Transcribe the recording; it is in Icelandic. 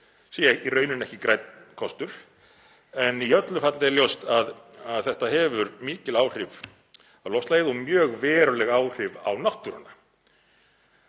sé í rauninni ekki grænn kostur. Í öllu falli er ljóst að þetta hefur mikil áhrif á loftslagið og mjög veruleg áhrif á náttúruna.